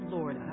Lord